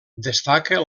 destaca